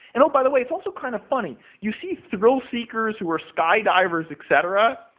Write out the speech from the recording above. and by the way, it's also kind of funny. you see thrill seekers who are skydivers, etc,